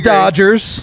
Dodgers